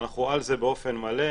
אנחנו על זה באופן מלא,